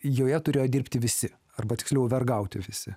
joje turėjo dirbti visi arba tiksliau vergauti visi